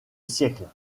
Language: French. siècle